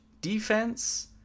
defense